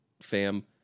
fam